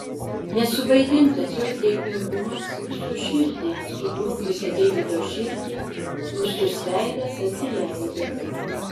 nesuvaidintas jos dėkingumas sušildė sugrubusią deivido širdį rūstus veidas atsileido